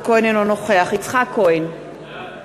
אינו נוכח יצחק כהן, בעד מאיר כהן, נגד